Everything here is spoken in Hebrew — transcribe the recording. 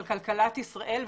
על כלכלת ישראל,